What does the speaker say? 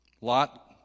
Lot